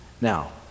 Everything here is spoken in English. now